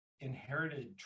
inherited